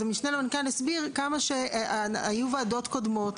המשנה למנכ"ל הסביר שהיו ועדות קודמות,